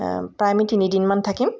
প্ৰায় আমি তিনিদিনমান থাকিম